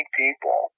people